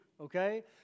okay